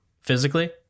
physically